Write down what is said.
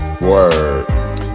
Word